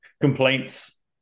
complaints